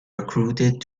recruited